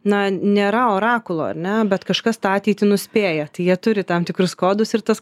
na nėra orakulo ar ne bet kažkas tą ateitį nuspėja tai jie turi tam tikrus kodus ir tas